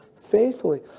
faithfully